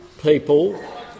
people